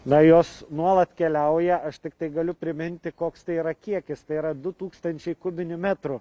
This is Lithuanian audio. na jos nuolat keliauja aš tiktai galiu priminti koks tai yra kiekis tai yra du tūkstančiai kubinių metrų